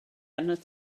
arnat